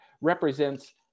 represents